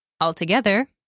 Altogether